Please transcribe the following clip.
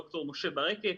ד"ר משה ברקת,